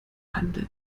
handel